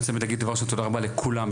אני רוצה להגיד תודה רבה לכולם,